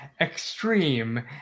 extreme